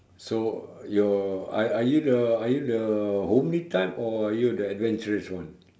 so you're are are you the are you the homely type or are you the adventurous one